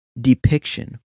depiction